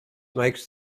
makes